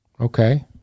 Okay